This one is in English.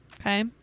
Okay